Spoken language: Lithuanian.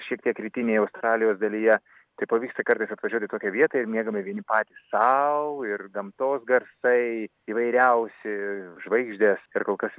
šiek tiek rytinėje australijos dalyje tai pavyksta kartais atvažiuoti į tokią vietą ir miegame vieni patys sau ir gamtos garsai įvairiausi žvaigždės ir kol kas